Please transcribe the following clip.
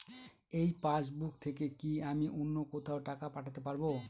এই পাসবুক থেকে কি আমি অন্য কোথাও টাকা পাঠাতে পারব?